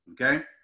okay